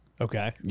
Okay